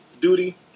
duty